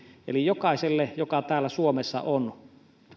eli jokaiselle joka täällä suomessa on